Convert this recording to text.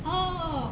orh